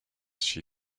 she